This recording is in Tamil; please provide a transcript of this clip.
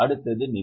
அடுத்தது நிதி